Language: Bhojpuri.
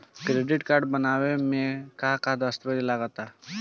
क्रेडीट कार्ड बनवावे म का का दस्तावेज लगा ता?